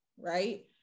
right